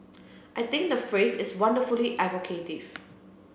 I think the phrase is wonderfully evocative